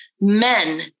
men